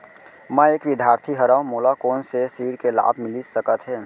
मैं एक विद्यार्थी हरव, मोला कोन से ऋण के लाभ मिलिस सकत हे?